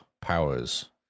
powers